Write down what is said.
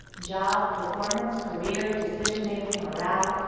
job performance, career, decision making, morale,